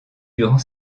durant